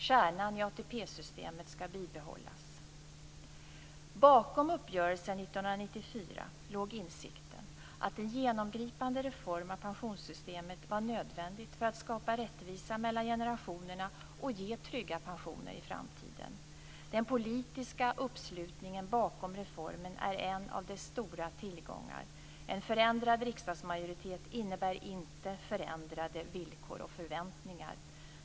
Bakom uppgörelsen år 1994 låg insikten att en genomgripande reform av pensionssystemet var nödvändigt för att skapa rättvisa mellan generationerna och ge trygga pensioner i framtiden. Den politiska uppslutningen bakom reformen är en av dess stora tillgångar. En förändrad riksdagsmajoritet innebär inte förändrade villkor och förväntningar.